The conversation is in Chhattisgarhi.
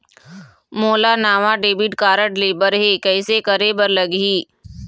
मोला नावा डेबिट कारड लेबर हे, कइसे करे बर लगही?